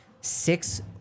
Six